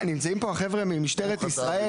נמצאים פה החבר'ה ממשטרת ישראל.